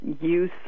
use